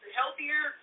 healthier